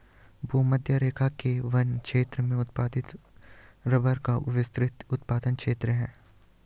भूमध्यरेखा के वन क्षेत्र में उत्पादित रबर का विस्तृत उत्पादन क्षेत्र है